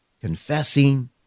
confessing